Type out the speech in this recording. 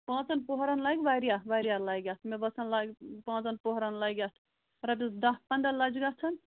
پانٛژَن پۄہرَن لَگہِ واریاہ واریاہ لَگہِ اَتھ مےٚ باسان پانٛژَن پۄہرَن لَگہِ اَتھ رۄپیَس دَہ پنٛداہ لَچھ گژھَن